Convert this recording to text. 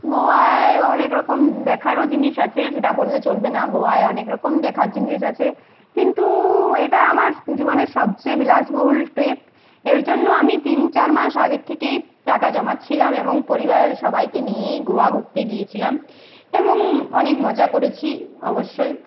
গোয়ায় অনেক রকম দেখারও জিনিস আছে সেটা বললে চলবে না গোয়ায় অনেক রকম দেখার জিনিস আছে কিন্তু এটা আমার জীবনের সবচেয়ে বিলাসবহুল ট্রিপ এর জন্য আমি তিন চার মাস আগের থেকেই টাকা জমাচ্ছিলাম এবং পরিবারের সবাইকে নিয়েই গোয়া ঘুরতে গিয়েছিলাম এবং অনেক মজা করেছি অবশ্যই